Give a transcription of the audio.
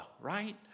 right